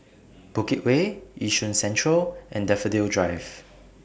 Bukit Way Yishun Central and Daffodil Drive